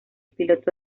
piloto